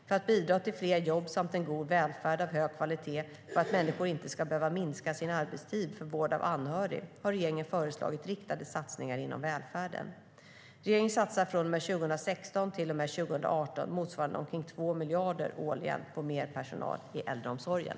För att bidra till fler jobb samt en god välfärd av hög kvalitet och för att människor inte ska behöva minska sin arbetstid för vård av anhörig har regeringen föreslagit riktade satsningar inom välfärden. Regeringen satsar från och med 2016 till och med 2018 motsvarande omkring 2 miljarder årligen på mer personal i äldreomsorgen.